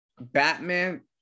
Batman